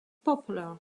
popular